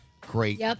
great